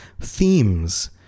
Themes